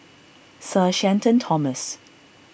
Sir Shenton Thomas